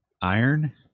iron